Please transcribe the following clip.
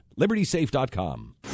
libertysafe.com